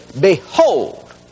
behold